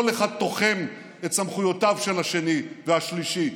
כל אחד תוחם את סמכויותיו של השני והשלישי.